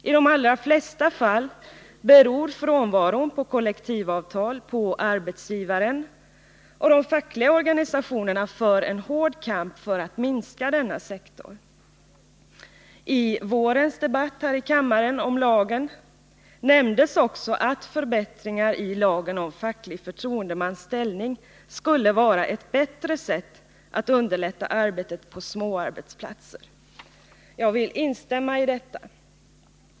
I de allra flesta fall beror frånvaron av kollektivavtal på arbetsgivaren, och de fackliga organisationerna för en hård kamp för att minska denna sektor. I vårens debatt här i kammaren om lagen nämndes också att förbättringar i lagen om facklig förtroendemans ställning skulle vara ett bättre sätt att underlätta arbetet på små arbetsplatser. Jag vill instämma i detta.